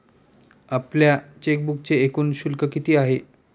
आपल्या चेकबुकचे एकूण शुल्क किती आहे?